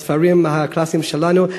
הספרים הקלאסיים שלנו.